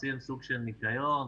עושים סוג של ניקיון,